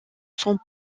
sans